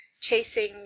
chasing